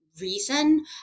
reason